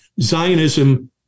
Zionism